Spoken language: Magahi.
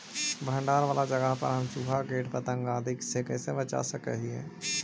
भंडार वाला जगह के हम चुहा, किट पतंग, आदि से कैसे बचा सक हिय?